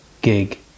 gig